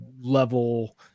level